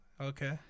Okay